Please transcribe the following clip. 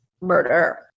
murder